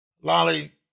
Lolly